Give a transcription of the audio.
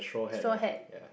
straw hat